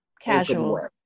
casual